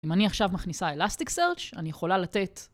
אם אני עכשיו מכניסה Elasticsearch, אני יכולה לתת...